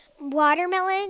Watermelon